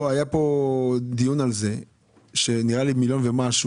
נראה לי מיליון ומשהו